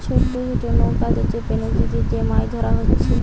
ছোট ছোট নৌকাতে চেপে নদীতে যে মাছ ধোরা হচ্ছে